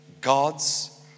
God's